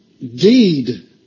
deed